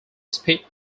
spit